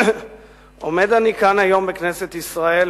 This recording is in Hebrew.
עומד אני כאן היום בכנסת ישראל,